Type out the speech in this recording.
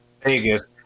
Vegas